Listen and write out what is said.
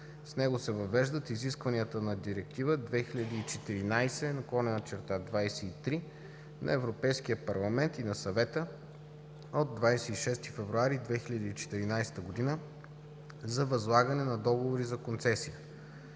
С него се въвеждат изискванията на Директива 2014/23 на Европейския парламент и на Съвета от 26 февруари 2014 г. за възлагане на договори за концесия